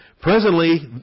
Presently